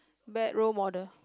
bad role model